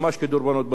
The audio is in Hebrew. ממש כדרבונות,